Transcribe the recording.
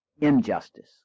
injustice